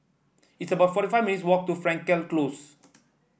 it's about forty five minutes' walk to Frankel Close